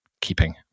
keeping